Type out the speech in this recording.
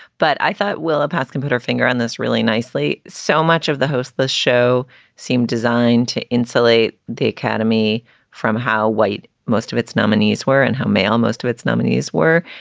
but i thought will a path can put our finger on this really nicely. so much of the host. the show seemed designed to insulate the academy from how white most of its nominees were and how male most of its nominees were.